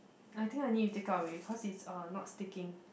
I think I need to take out already cause it's uh not sticking